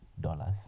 dollars